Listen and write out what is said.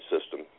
system